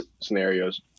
scenarios